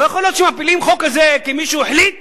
לא יכול להיות שמפילים חוק כזה כי מישהו החליט